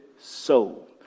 soul